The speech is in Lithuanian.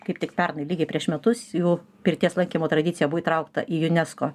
kaip tik pernai lygiai prieš metus jų pirties lankymo tradicija buvo įtraukta į unesco